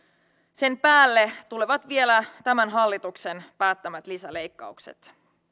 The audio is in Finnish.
sen päälle tulevat vielä tämän hallituksen päättämät lisäleikkaukset